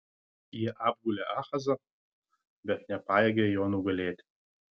jie apgulė ahazą bet nepajėgė jo nugalėti